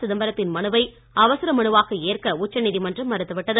சிதம்பரத்தின் மனுவை அவசர மனுவாக ஏற்க உச்சநீதிமன்றம் மறுத்துவிட்டது